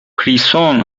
پیرسون